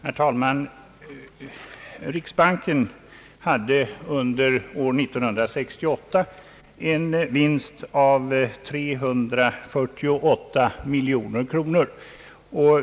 Herr talman! Riksbanken hade under år 1968 en vinst av 348 miljoner kro nor.